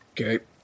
Okay